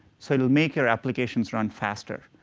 so it will make your applications run faster.